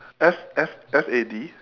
F F F A D